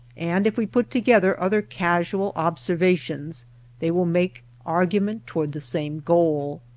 and if we put together other casual obser vations they will make argument toward the same goal.